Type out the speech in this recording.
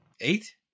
Eight